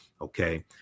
okay